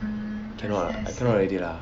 cannot lah I cannot already lah